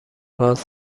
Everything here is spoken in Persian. گاز